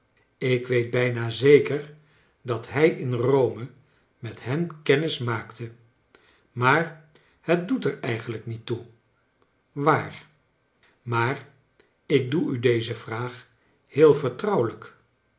ik weet bijna zeker dat hij in rome met hen kennis maakte maar het doet er eigenlijk niet toe waar maar ik doe u deze vraag heel vertrouwelijk